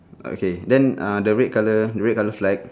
okay then uh the red colour the red colour flag